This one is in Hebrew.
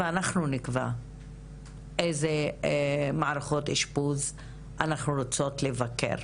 ואנחנו נקבע אילו מערכות אשפוז אנחנו רוצות לבקר.